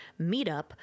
meetup